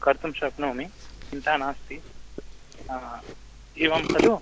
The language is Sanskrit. कर्तुं शक्नोमि चिन्ता नास्ति अ हा एवं खलु